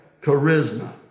Charisma